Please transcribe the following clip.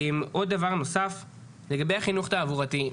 דבר נוסף, לגבי חינוך תעבורתי.